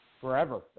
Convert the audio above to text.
forever